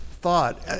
thought